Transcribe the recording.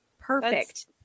Perfect